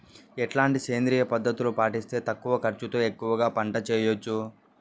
ఎట్లాంటి సేంద్రియ పద్ధతులు పాటిస్తే తక్కువ ఖర్చు తో ఎక్కువగా పంట చేయొచ్చు?